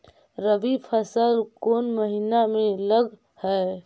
रबी फसल कोन महिना में लग है?